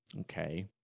okay